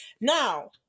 Now